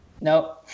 No